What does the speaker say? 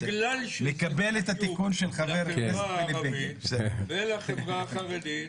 בגלל שזה חשוב לחברה הערבית ולחברה החרדית,